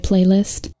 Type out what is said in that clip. Playlist